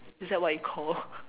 is that what you call